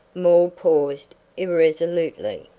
moore paused irresolutely,